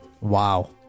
Wow